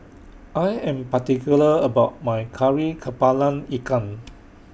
I Am particular about My Kari Kepala Ikan